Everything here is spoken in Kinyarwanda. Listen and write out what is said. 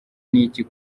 n’iki